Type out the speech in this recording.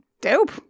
Dope